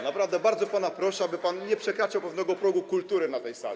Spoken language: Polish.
Naprawdę bardzo pana proszę, aby pan nie przekraczał pewnego progu kultury na tej sali.